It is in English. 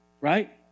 right